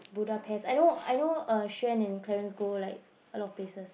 Budapest I know I know Shane and Clarence go like a lot of places